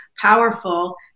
powerful